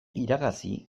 iragazi